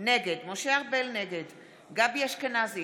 נגד גבי אשכנזי,